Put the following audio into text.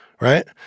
right